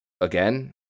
again